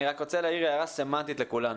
אני רוצה להעיר הערה סמנטית לכולנו.